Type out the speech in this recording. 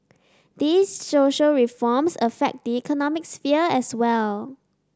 these social reforms affect the economic sphere as well